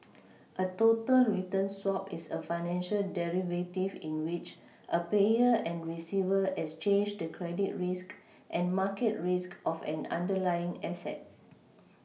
a total return swap is a financial derivative in which a payer and receiver exchange the credit risk and market risk of an underlying asset